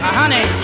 honey